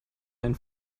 einen